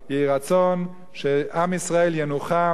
יהי רצון שעם ישראל ינוחם,